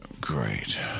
Great